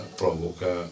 provoca